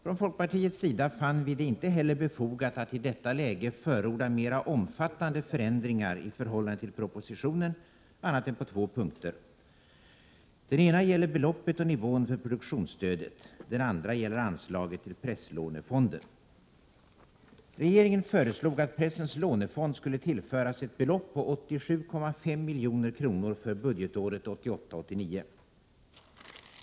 Från folkpartiets sida fann vi det inte heller befogat att i detta läge förorda mer omfattande förändringar i förhållande till propositionen, annat än på två punkter. Den ena gäller beloppet och nivån för produktionsstödet. Den andra gäller anslaget till presslånefonden. Regeringen föreslog att pressens lånefond skulle tillföras ett belopp på 87,5 milj.kr. för budgetåret 1988/89.